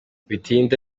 bitinde